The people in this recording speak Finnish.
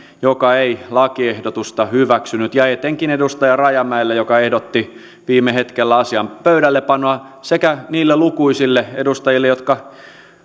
joka ei lakiehdotusta hyväksynyt ja etenkin edustaja rajamäelle joka ehdotti viime hetkellä asian pöydällepanoa sekä niille lukuisille edustajille jotka